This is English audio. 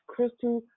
Crystal